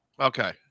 Okay